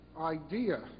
idea